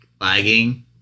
lagging